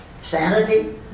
sanity